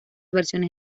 versiones